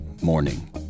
morning